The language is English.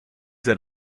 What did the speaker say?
that